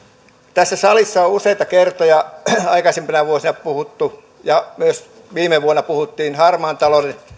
tässä salissa on useita kertoja aikaisempina vuosina puhuttu ja myös viime vuonna puhuttiin harmaan talouden